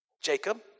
Jacob